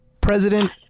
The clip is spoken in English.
president